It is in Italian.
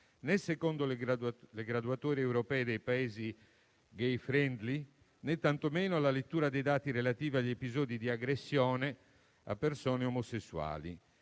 né secondo le graduatorie europee dei Paesi *gay friendly* né, tantomeno, alla lettura dei dati relativi agli episodi di aggressione a persone omosessuali.